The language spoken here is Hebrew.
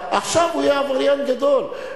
עכשיו הוא יהיה עבריין גדול.